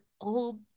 old